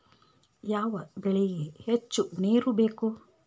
ಯಾವ ಬೆಳಿಗೆ ಹೆಚ್ಚು ನೇರು ಬೇಕು?